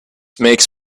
makes